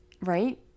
right